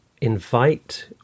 invite